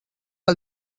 que